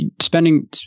spending